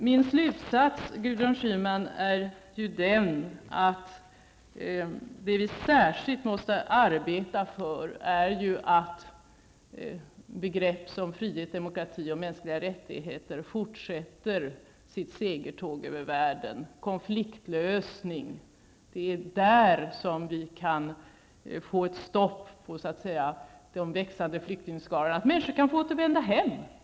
Min slutsats, Gudrun Schyman, är att vi särskilt måste arbeta för att begrepp som frihet, demokrati och mänskliga rättigheter fortsätter sitt segertåg över världen. Det är genom konfliktlösningar som vi kan få ett stopp på de växande flyktingskarorna och människor kan få återvända hem.